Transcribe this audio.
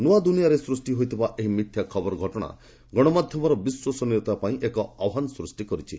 ନୂଆ ଦୁନିଆରେ ସୃଷ୍ଟି ହୋଇଥିବା ଏହି ମିଥ୍ୟା ଖବର ଘଟଣା ଗଣମାଧ୍ୟମର ବିଶ୍ୱସନୀୟତା ପାଇଁ ଏକ ଆହ୍ପାନ ସୃଷ୍ଟି କରିଛି